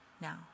now